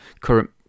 current